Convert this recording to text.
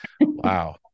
wow